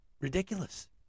ridiculous